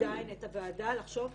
עדיין את הוועדה לחשוב אחרת.